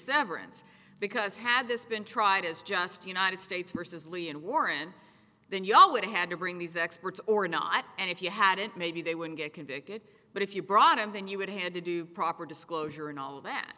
severance because had this been tried as just united states versus lee and warren then you all would have had to bring these experts or not and if you hadn't maybe they wouldn't get convicted but if you brought him then you would had to do proper disclosure in all of that